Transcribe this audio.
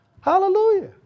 Hallelujah